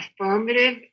affirmative